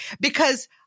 Because-